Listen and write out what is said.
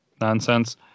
nonsense